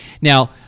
Now